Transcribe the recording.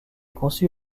conçu